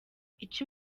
icyo